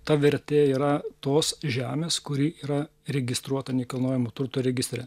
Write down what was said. ta vertė yra tos žemės kuri yra registruota nekilnojamo turto registre